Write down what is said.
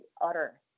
utter